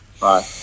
bye